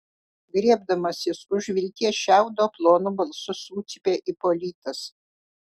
griebdamasis už vilties šiaudo plonu balsu sucypė ipolitas